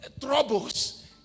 troubles